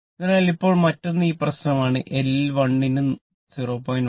അതിനാൽ ഇപ്പോൾ മറ്റൊന്ന് ഈ പ്രശ്നമാണ് L1 ന് 0